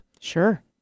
Sure